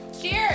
Cheers